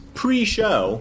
pre-show